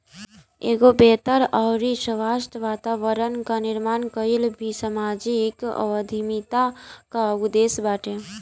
एगो बेहतर अउरी स्वस्थ्य वातावरण कअ निर्माण कईल भी समाजिक उद्यमिता कअ उद्देश्य बाटे